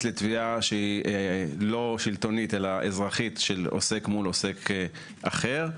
לתביעה שהיא לא שלטונית אלא אזרחית של עוסק מול עוסק אחר.